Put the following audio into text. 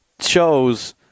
shows